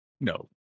no